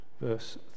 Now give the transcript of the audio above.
Verse